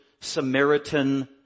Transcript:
Samaritan